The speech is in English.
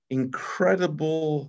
incredible